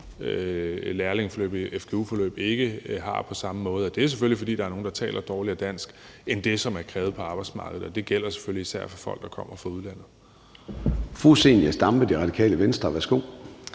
lærlingeforløb i et fgu-forløb ikke har på samme måde. Det er selvfølgelig, fordi der er nogen, der taler dårligere dansk end det, som er krævet på arbejdsmarkedet, og det gælder selvfølgelig især for folk, der kommer fra udlandet. Kl. 10:54 Formanden (Søren Gade):